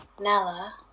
Nella